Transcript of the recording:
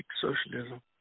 socialism